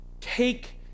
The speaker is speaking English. take